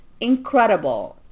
Incredible